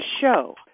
show